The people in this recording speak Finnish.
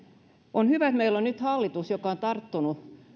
on hyvä että meillä on nyt hallitus joka on tarttunut